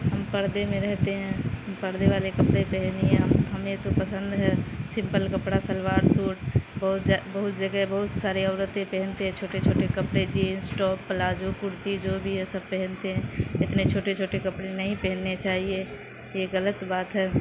ہم پردے میں رہتے ہیں ہم پردے والے کپڑے پہنیے آپ ہمیں تو پسند ہے سمپل کپڑا شلوار سوٹ بہت بہت جگہ بہت سارے عورتیں پہنتے چھوٹے چھوٹے کپڑے جنس ٹاپ پلازو کرتی جو بھی ہے سب پہنتے ہیں اتنے چھوٹے چھوٹے کپڑے نہیں پہننے چاہیے یہ غلط بات ہے